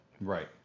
Right